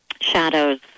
shadows